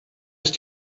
ist